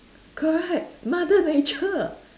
correct mother nature